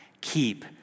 keep